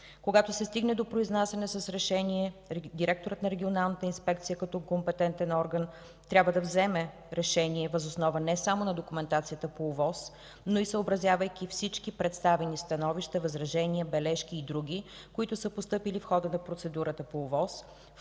Когато се стигне до произнасяне с решение, директорът на Регионалната инспекция като компетентен орган трябва да вземе решение въз основа не само на документацията по ОВОС, но и съобразявайки всички представени становища, възражения, бележки и други, които са постъпили в хода на процедурата по ОВОС,